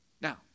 Now